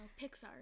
Pixar